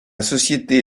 société